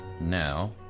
now